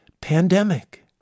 pandemic